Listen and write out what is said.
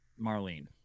Marlene